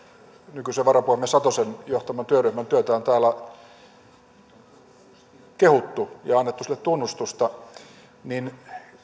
nykyisen varapuhemies satosen johtaman työryhmän työtä on täällä kehuttu ja annettu sille tunnustusta niin